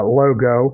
logo